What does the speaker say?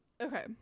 Okay